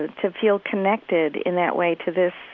to feel connected in that way to this